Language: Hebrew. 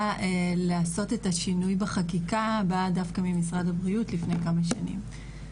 לעשות את השינוי בחקיקה באה דווקא ממשרד הבריאות לפני כמה שנים.